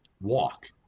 walk